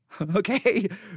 okay